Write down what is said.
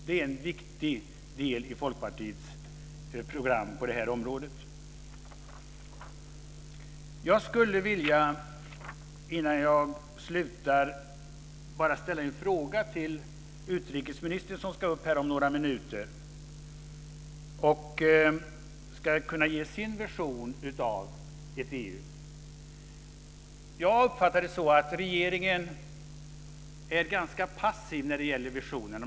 Det är en viktig del i Folkpartiets program på området. Innan jag slutar vill jag ställa ett par frågor till utrikesministern, som ska upp i talarstolen om ett par minuter för att ge sin version av ett EU. Jag uppfattar det så att regeringen är ganska passiv när det gäller visionen.